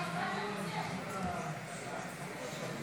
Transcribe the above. גם הסתייגות